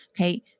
Okay